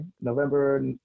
November